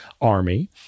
Army